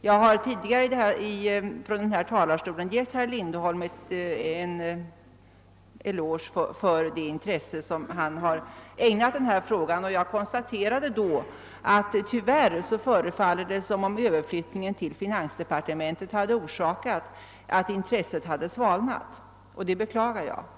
Jag har tidigare från den här talarstolen givit herr Lindholm en eloge för det intresse som han ägnat denna fråga, och jag konstaterade då att det tyvärr förefaller : som om Ööverflyttningen till finansdepartementet gjort att intresset svalnat, vilket jag beklagar.